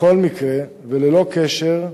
בכל מקרה וללא קשר,